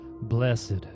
Blessed